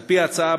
על-פי ההצעה,